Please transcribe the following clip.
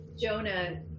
Jonah